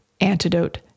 antidote